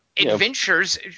adventures